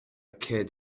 kid